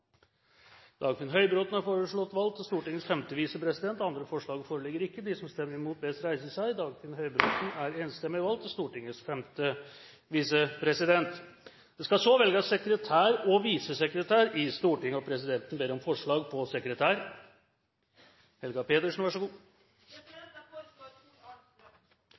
Dagfinn Høybråten er foreslått valgt til Stortingets femte visepresident. – Andre forslag foreligger ikke. Det skal så velges sekretær og visesekretær i Stortinget. Presidenten ber om forslag på sekretær. Jeg foreslår Tor-Arne Strøm. Tor-Arne Strøm er foreslått valgt til Stortingets sekretær. – Andre forslag foreligger ikke. Presidenten ber så